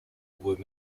were